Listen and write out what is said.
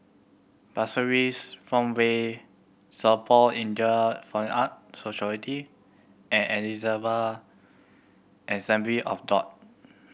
Pasir Ris Farmway Singapore Indian Fine Arts Society and Ebenezer Assembly of God